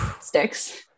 sticks